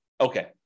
Okay